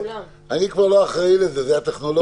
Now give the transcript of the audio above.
אני כבר לא אחראי לזה זו הטכנולוגיה.